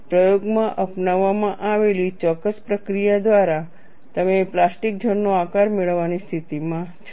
પ્રયોગમાં અપનાવવામાં આવેલી ચોક્કસ પ્રક્રિયા દ્વારા તમે પ્લાસ્ટિક ઝોન નો આકાર મેળવવાની સ્થિતિમાં છો